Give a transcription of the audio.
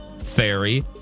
Fairy